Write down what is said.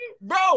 Bro